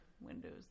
windows